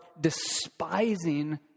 despising